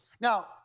Now